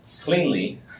cleanly